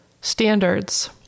standards